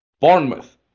Bournemouth